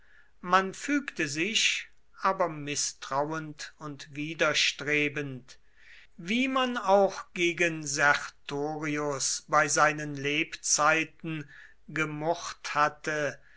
man fügte sich aber mißtrauend und widerstrebend wie man auch gegen sertorius bei seinen lebzeiten gemurrt hatte